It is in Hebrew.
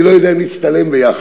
אני לא יודע אם נצטלם יחד,